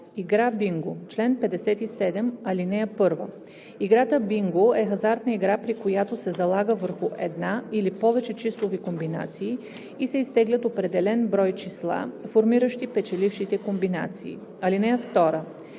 „Игра бинго Чл. 57. (1) Играта бинго е хазартна игра, при която се залага върху една или повече числови комбинации и се изтеглят определен брой числа, формиращи печелившите комбинации. (2)